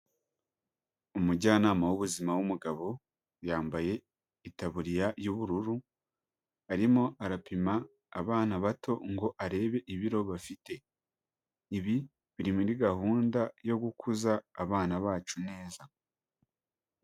Umujyanama w'ubuzima w'umugabo yambaye itaburiya y'ubururu arimo arapima abana bato ngo arebe ibiro bafite, ibi biri muri gahunda yo gukuza abana bacu neza.